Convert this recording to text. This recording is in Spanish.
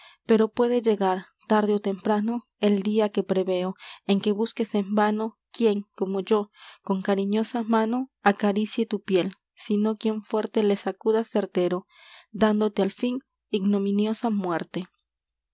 pero puede llegar tarde ó temprano el día que preveo en que busques en vano quien como yo con cariñosa mano acaricie tu piel sino quien fuerte la sacuda certero dándote al fin ignominiosa muerte